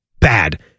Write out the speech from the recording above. bad